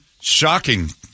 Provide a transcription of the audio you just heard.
shocking